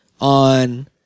on